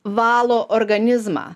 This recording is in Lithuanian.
valo organizmą